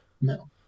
No